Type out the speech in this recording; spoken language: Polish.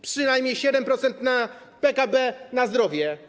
Przynajmniej 7% PKB na zdrowie.